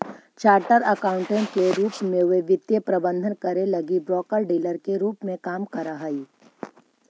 chartered accountant के रूप में वे वित्तीय प्रबंधन करे लगी ब्रोकर डीलर के रूप में काम करऽ हई